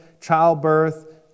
childbirth